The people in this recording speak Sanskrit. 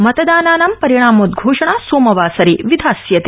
मतदानानां परिणामोद्घोषणा सोमवासरे विधास्यते